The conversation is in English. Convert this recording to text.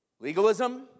legalism